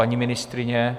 Paní ministryně?